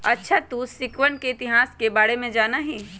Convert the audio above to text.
अच्छा तू सिक्कवन के इतिहास के बारे में जाना हीं?